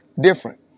different